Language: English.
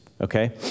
okay